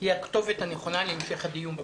היא הכתובת הנכונה להמשך הדיון בוועדה.